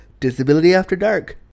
DisabilityAfterDark